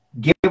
give